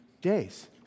days